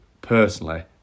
personally